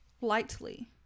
lightly